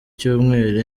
cyumweru